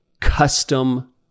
custom